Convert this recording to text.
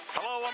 Hello